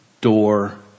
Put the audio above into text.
door